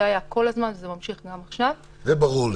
זה היה כל הזמן וזה ממשיך גם עכשיו --- זה ברור.